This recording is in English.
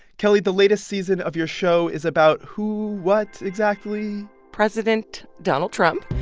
kelly, the latest season of your show is about who what exactly? president donald trump.